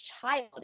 child